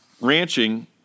ranching